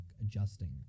adjusting